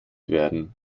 werden